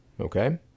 Okay